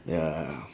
ya